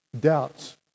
doubts